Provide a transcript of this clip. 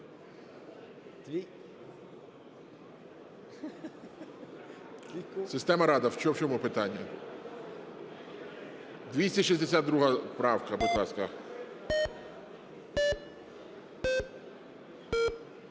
Система "Рада", в чому питання? 262 правка, будь ласка.